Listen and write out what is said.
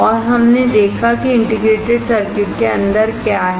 और हमने देखा है कि इंटीग्रेटेड सर्किट के अंदर क्या है